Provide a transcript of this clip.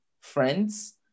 friends